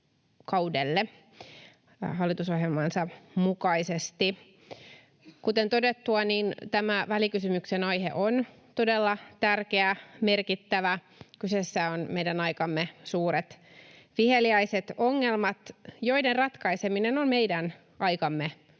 kaudelle hallitusohjelmansa mukaisesti. Kuten todettua, tämä välikysymyksen aihe on todella tärkeä, merkittävä. Kyseessä on meidän aikamme suuret viheliäiset ongelmat, joiden ratkaiseminen on meidän aikamme